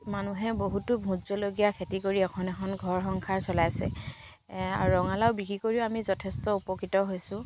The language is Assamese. মানুহে বহুতো ভোট জলকীয়া খেতি কৰি এখন এখন ঘৰ সংসাৰ চলাইছে আৰু ৰঙালাও বিক্ৰী কৰিও আমি যথেষ্ট উপকৃত হৈছোঁ